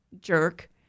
jerk